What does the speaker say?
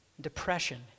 depression